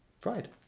Pride